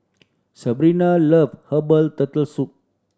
Sebrina love herbal Turtle Soup